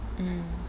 mm